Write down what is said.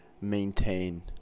maintain